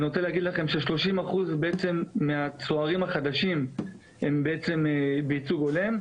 ואני רוצה להגיד לכם ש- 30% מהצוערים החדשים הם בעצם בייצוג הולם,